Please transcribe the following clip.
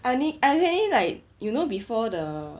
I only I really like you know before the